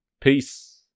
peace